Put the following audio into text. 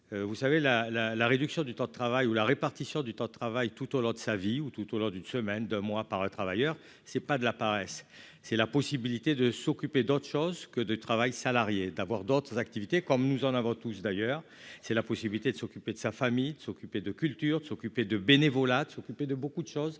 la, la, la réduction du temps de travail ou la répartition du temps de travail tout au long de sa vie ou, tout au long d'une semaine de mois par travailleur, c'est pas de la paresse, c'est la possibilité de s'occuper d'autre chose que de travail salarié d'avoir d'autres activités comme nous en avons tous d'ailleurs, c'est la possibilité de s'occuper de sa famille, de s'occuper de culture, de s'occuper de bénévolat, de s'occuper de beaucoup de choses